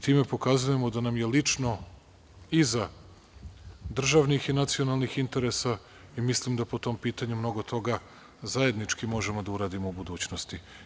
Time pokazujemo da nam je lično iza državnih i nacionalnih interesa i mislim da po tom pitanju mnogo toga zajednički možemo da uradimo u budućnosti.